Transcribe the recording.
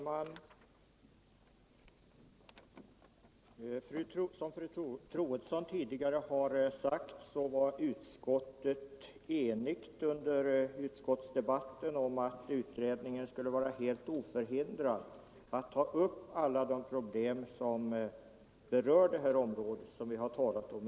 Herr talman! Som fru Troedsson tidigare sagt rådde det under utskottsdebatten enighet om att utredningen skulle vara helt oförhindrad att ta upp alla de problem som berör det område vi här talar om.